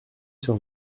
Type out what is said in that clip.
sur